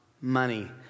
money